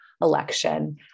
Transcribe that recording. election